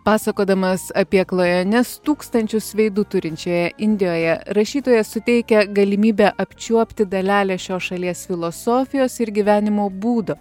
pasakodamas apie klajones tūkstančius veidų turinčioje indijoje rašytojas suteikia galimybę apčiuopti dalelę šios šalies filosofijos ir gyvenimo būdo